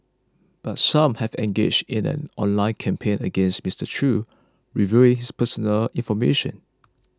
but some have engaged in an online campaign against Mister Chew revealing his personal information